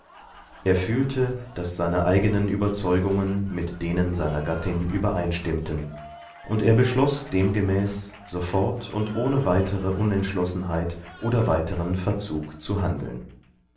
er fühlte daß seine eigenen überzeugungen mit denen seiner gattin übereinstimmten und er beschloß demgemäß sofort und ohne weitere unentschlossenheitoderweiterenverzugzuhandeln ehenochderabendzuendeging warddendienerninporthgennazuihremgroßen